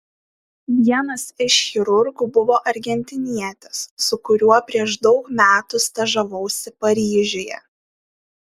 vienas iš chirurgų buvo argentinietis su kuriuo prieš daug metų stažavausi paryžiuje